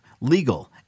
legal